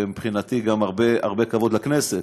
ומבחינתי גם הרבה כבוד לכנסת,